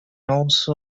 also